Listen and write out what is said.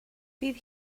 bydd